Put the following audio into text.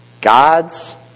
God's